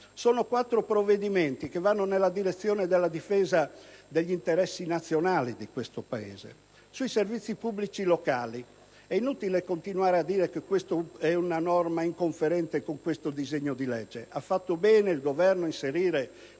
Sono quattro temi che vanno nella direzione della difesa degli interessi nazionali del Paese. Quanto ai servizi pubblici locali, è inutile continuare a dire che è una norma inconferente con questo disegno di legge; ha fatto bene il Governo ad inserire